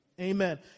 Amen